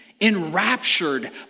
enraptured